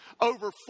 over